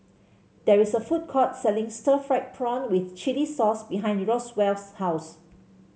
there is a food court selling Stir Fried Prawn with Chili Sauce behind Roswell's house